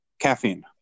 caffeine